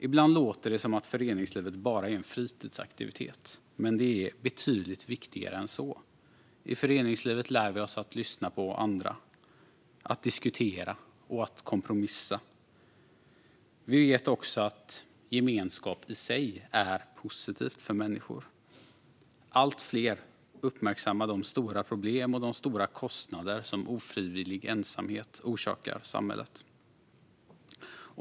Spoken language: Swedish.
Ibland låter det som att föreningslivet bara är en fritidsaktivitet, men det är betydligt viktigare än så. I föreningslivet lär vi oss att lyssna på andra, att diskutera och att kompromissa. Vi vet också att gemenskap i sig är positivt för människor. Allt fler uppmärksammar de stora problem och de stora kostnader som ofrivillig ensamhet orsakar samhället.